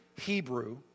Hebrew